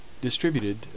distributed